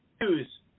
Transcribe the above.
news